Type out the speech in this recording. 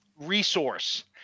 resource